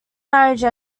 marriage